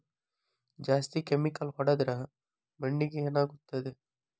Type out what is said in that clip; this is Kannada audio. ಜಾಸ್ತಿ ಕೆಮಿಕಲ್ ಹೊಡೆದ್ರ ಮಣ್ಣಿಗೆ ಏನಾಗುತ್ತದೆ?